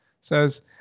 Says